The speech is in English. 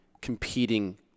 competing